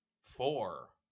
four